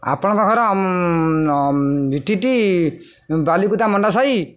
ଆପଣଙ୍କ ଘର ବାଲକୁତା ମଣ୍ଡସାହି